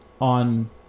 on